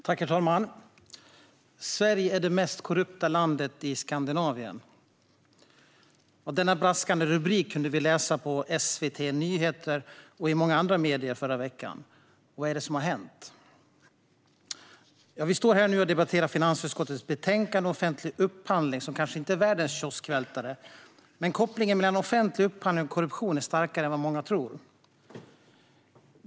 Herr talman! "Sverige mest korrupta landet i Skandinavien!" Denna braskande rubrik kunde vi läsa på SVT Nyheter och i många andra medier i förra veckan. Vad är det som har hänt? Vi står nu här och debatterar finansutskottets betänkande Offentlig upphandling , som kanske inte är världens kioskvältare, men kopplingen mellan offentlig upphandling och korruption är starkare än vad många tror.